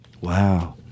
Wow